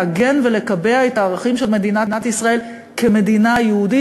לעגן ולקבע את הערכים של מדינת ישראל כמדינה יהודית,